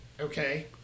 okay